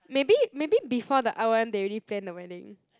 maybe maybe before the r_o_m they already plan the wedding